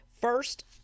First